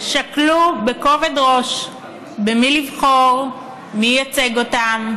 שקלו בכובד ראש במי לבחור ומי ייצג אותם,